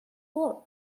born